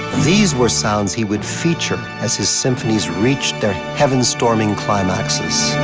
these were sounds he would feature as his symphonies reached their heaven-storming climaxes.